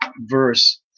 verse